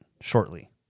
shortly